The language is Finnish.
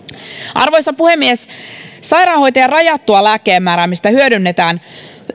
arvoisa puhemies sairaanhoitajan rajattua lääkkeenmääräämistä hyödynnetään